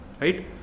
right